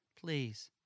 Please